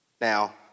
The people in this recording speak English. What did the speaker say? Now